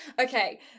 Okay